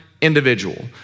individual